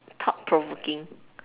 thought provoking